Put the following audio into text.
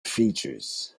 features